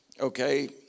Okay